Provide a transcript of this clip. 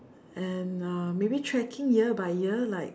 and uh maybe tracking year by year like